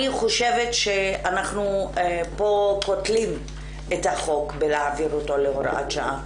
אני חושבת שאנחנו פה קוטלים את החוק בהעברתו להוראת שעה.